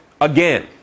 again